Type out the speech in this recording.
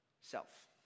self